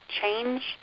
change